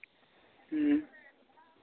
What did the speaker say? ᱦᱮᱸ